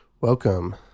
Welcome